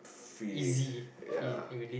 freeing ya